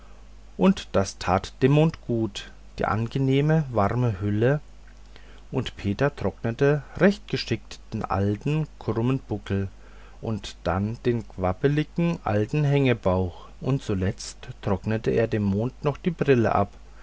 und das tat dem monde gut die angenehme warme hülle und peter trocknete recht geschickt den alten krummen buckel und dann den quabblichen alten hängebauch und zuletzt trocknete er dem monde noch die brille ab